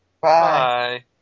Bye